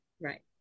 Right